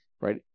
right